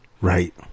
Right